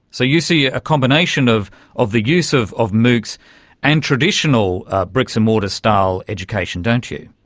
so you see a combination of of the use of of moocs and traditional bricks and mortar style education, don't you.